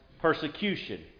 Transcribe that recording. persecution